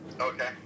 Okay